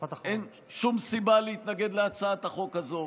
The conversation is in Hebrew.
משפט אחרון.